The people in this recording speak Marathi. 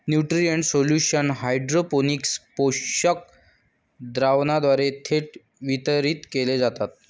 न्यूट्रिएंट सोल्युशन हायड्रोपोनिक्स पोषक द्रावणाद्वारे थेट वितरित केले जातात